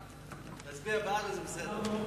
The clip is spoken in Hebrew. תצביע בעד, אז זה בסדר.